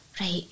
right